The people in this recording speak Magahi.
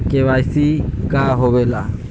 के.वाई.सी का होवेला?